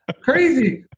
ah crazy.